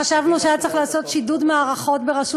חשבנו שהיה צריך לעשות שידוד מערכות ברשות